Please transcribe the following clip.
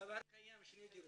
כבר היו קיימות שתי דירות.